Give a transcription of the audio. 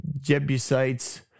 Jebusites